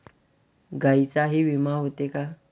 गायींचाही विमा होते का?